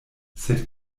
sed